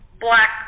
black